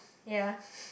ya